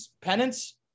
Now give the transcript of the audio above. penance